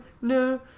no